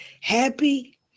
happy